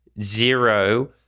zero